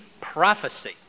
prophecy